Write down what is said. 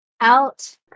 Out